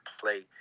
play